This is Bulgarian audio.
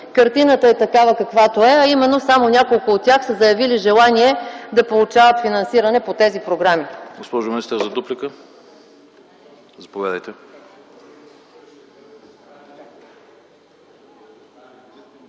картината е такава, каквато е, а именно – само няколко от тях са заявили желание да получават финансиране по тези програми.